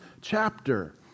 chapter